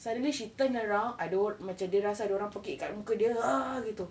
suddenly she turn around ada orang macam dia rasa ada orang pekik dekat muka dia ah gitu